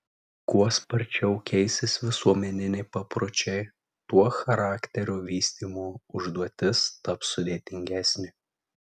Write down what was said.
kuo sparčiau keisis visuomeniniai papročiai tuo charakterio vystymo užduotis taps sudėtingesnė